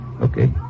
Okay